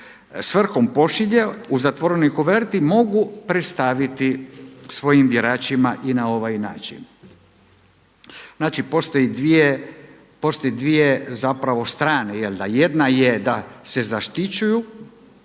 svrhom pošilje u zatvorenoj koverti mogu predstaviti svojim biračima i na ovaj način. Znači postoje dvije strane, jedna je da se zaštićuju